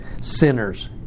sinners